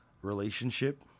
relationship